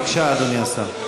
בבקשה, אדוני השר.